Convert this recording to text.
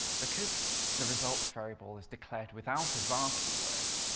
because the results variable was declared without a var keyword,